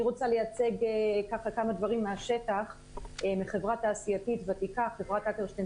אני רוצה להציג כמה דברים מהשטח מחברה תעשייתית ותיקה "אקרשטיין